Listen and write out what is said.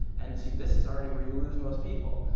and see, this is already where you lose most people.